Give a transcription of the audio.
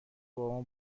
بابامو